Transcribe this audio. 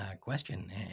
question